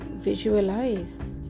visualize